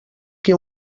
que